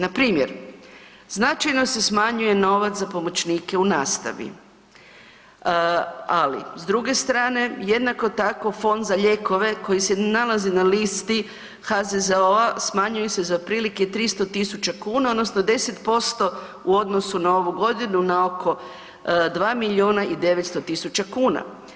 Npr., značajno se smanjuje novac za pomoćnike u nastavi, ali, s druge strane, jednako tako, fond za lijekove koji se nalazi na listi HZZO-a smanjuje se za otprilike 300 tisuća kuna odnosno 10% u odnosu na ovu godinu na oko 2 milijuna i 900 tisuća kuna.